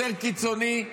יותר קיצוני,